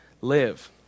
live